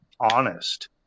honest